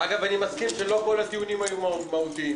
אגב, אני מסכים שלא כל הטיעונים היו מהותיים.